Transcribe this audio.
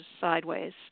sideways